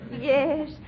Yes